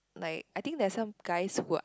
like I think there are some guys who I